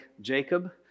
Jacob